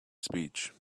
speech